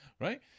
right